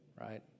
right